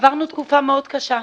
עברנו תקופה מאוד קשה.